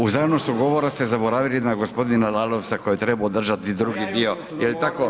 U zanosu govora ste zaboravili na g. Lalovca koji je trebao održati drugi dio …… [[Upadica Grčić, ne razumije se.]] Jel tako?